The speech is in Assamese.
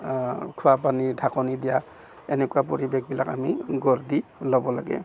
খোৱা পানীৰ ঢাকনি দিয়া এনেকুৱা পৰিৱেশবিলাক আমি গঢ় দি ল'ব লাগে